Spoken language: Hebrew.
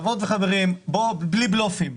חברות וחברים, בלי בלופים,